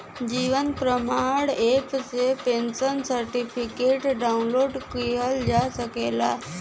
जीवन प्रमाण एप से pensioner certificate download किहल जा सकला